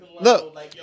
Look